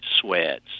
sweats